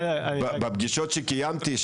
בפגישות שקיימתי,